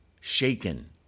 shaken